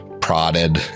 prodded